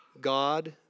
God